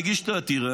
מגיש את העתירה,